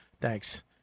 Thanks